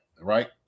Right